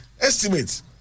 estimates